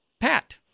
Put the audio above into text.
pat